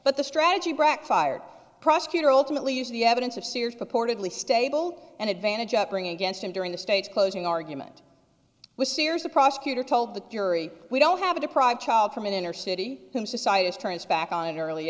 but the strategy backfired prosecutor ultimately used the evidence of sears purportedly stable and advantage upbringing against him during the state's closing argument with sears the prosecutor told the jury we don't have a deprived child from an inner city society has turned its back on early